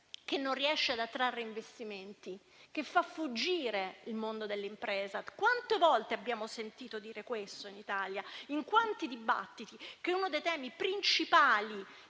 Paese non riesce ad attrarre investimenti e fa fuggire il mondo dell'impresa. Quante volte abbiamo sentito dire questo in Italia? In quanti dibattiti è stato detto che uno dei temi principali